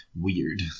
weird